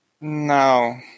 No